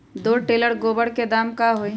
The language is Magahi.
दो टेलर गोबर के दाम का होई?